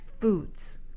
foods